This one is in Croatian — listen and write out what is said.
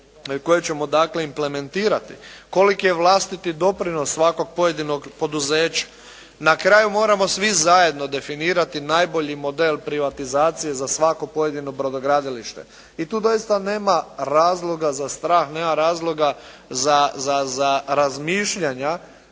koje ćemo dakle, implementirati, koliki je vlastiti doprinos svakog pojedinog poduzeća. Na kraju moramo svi zajedno definirati najbolji model privatizacije za svako pojedino brodogradilište. I tu doista nema razloga za strah, nema razloga za razmišljanja